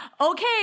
okay